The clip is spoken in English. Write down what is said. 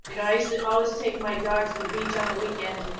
you know always take my dog to the beach on the weekends,